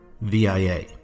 VIA